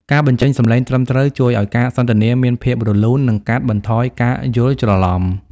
ការបញ្ចេញសំឡេងត្រឹមត្រូវជួយឱ្យការសន្ទនាមានភាពរលូន និងកាត់បន្ថយការយល់ច្រឡំ។